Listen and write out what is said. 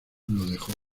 dejó